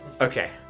Okay